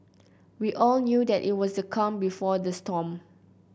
we all knew that it was the calm before the storm